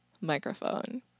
microphone